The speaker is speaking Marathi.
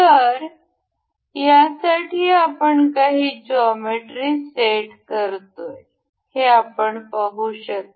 तर यासाठी आपण काही जॉमेट्री सेट करतोय हे आपण पाहू शकता